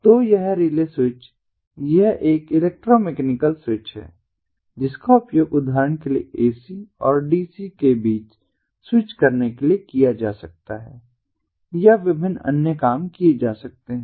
तो यह relay switch यह एक इलेक्ट्रोमैकेनिकल स्विच है जिसका उपयोग उदाहरण के लिए एसी और डीसी के बीच स्विच करने के लिए किया जा सकता है या विभिन्न अन्य काम किए जा सकते हैं